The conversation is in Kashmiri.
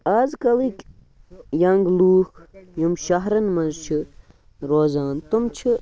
آز کَلٕکۍ ینٛگ لوٗکھ یِم شَہرَن منٛز چھِ روزان تِم چھِ